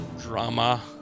drama